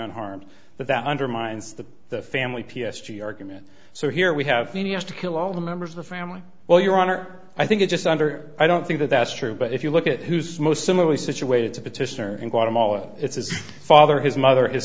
on harm but that undermines the family p s g argument so here we have seen yes to kill all the members of the family well your honor i think it just under i don't think that that's true but if you look at who's most similarly situated to petitioner in guatemala it's his father his mother is